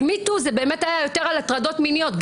MeToo זה באמת היה יותר על הטרדות מיניות.